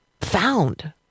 found